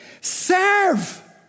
serve